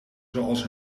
zoals